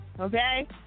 Okay